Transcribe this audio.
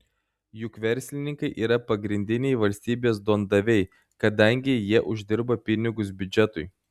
juk verslininkai yra pagrindiniai valstybės duondaviai kadangi jie uždirba pinigus biudžetui